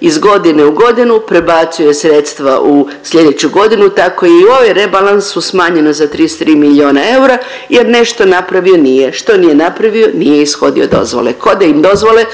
iz godine u godinu prebacuje sredstva u slijedeću godinu, tako i u ovom rebalansu su smanjena za 33 milijuna eura jer nešto napravio nije. Što nije napravio? Nije ishodio dozvole, koda im dozvole